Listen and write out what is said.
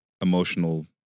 emotional